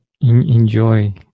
enjoy